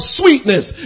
sweetness